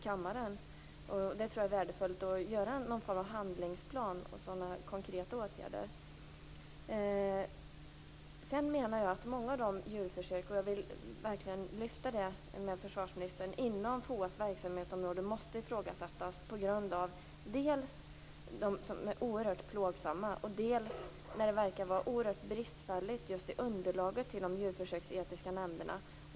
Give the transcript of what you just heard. Jag tror att det vore värdefullt att göra en sorts handlingsplan eller vidta någon annan sådan konkret åtgärd. Många av djurförsöken - jag vill verkligen lyfta fram det, försvarsministern - inom FOA:s verksamhetsområde måste ifrågasättas dels på grund av att de är oerhört plågsamma, dels på grund av att det verkar vara ett bristfälligt underlag just när det gäller de djurförsöksetiska nämnderna.